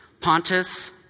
Pontus